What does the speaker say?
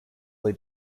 lay